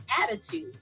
attitude